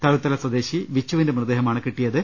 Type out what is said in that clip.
തഴുത്തല സ്വദേശി വിച്ചുവിന്റെ മൃതദേഹമാണ് കിട്ടിയത്